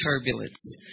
turbulence